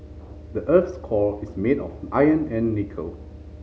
the earth's core is made of iron and nickel